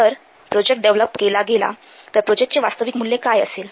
जर project develop केला गेला तर प्रोजेक्टचे वास्तविक मूल्य काय असेल